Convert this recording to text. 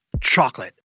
chocolate